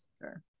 Sure